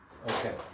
Okay